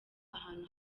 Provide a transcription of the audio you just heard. ahantu